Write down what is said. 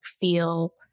feel